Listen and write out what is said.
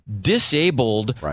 disabled